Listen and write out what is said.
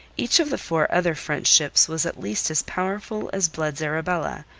each of the four other french ships was at least as powerful as blood's arabella,